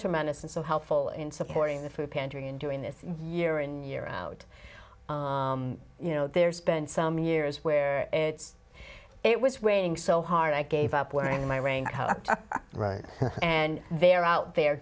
tremendous and so helpful in supporting the food pantry and doing this year in year out you know there's been some years where it's it was raining so hard i gave up wearing my ring road and they're out the